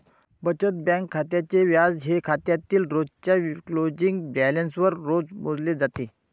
बचत बँक खात्याचे व्याज हे खात्यातील रोजच्या क्लोजिंग बॅलन्सवर रोज मोजले जाते